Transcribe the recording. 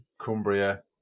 Cumbria